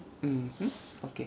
mmhmm okay